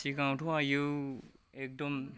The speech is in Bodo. सिगांआवथ' आइयौ एकदम